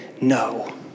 no